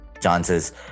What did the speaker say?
chances